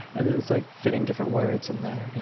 and then it's, like, fitting different words in there, you